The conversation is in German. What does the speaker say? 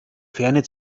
ferne